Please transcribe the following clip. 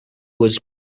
was